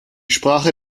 sprache